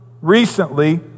recently